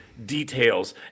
Details